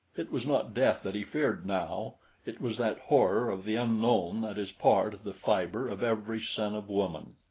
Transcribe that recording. it was not death that he feared now it was that horror of the unknown that is part the fiber of every son of woman.